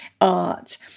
art